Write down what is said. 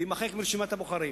ויימחק מרשימת הבוחרים.